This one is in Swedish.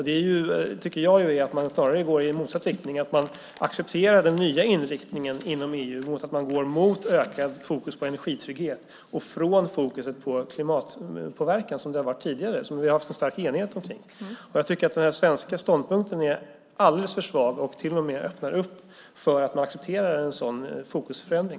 Det är snarare att gå i motsatt riktning. Man accepterar den nya inriktningen inom EU där man går mot ökat fokus på energitrygghet och bort från fokus på klimatpåverkan som vi tidigare haft en stark enighet omkring. Den svenska ståndpunkten är alldeles för svag och öppnar till och med för ett accepterande av en sådan fokusförändring.